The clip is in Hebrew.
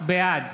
בעד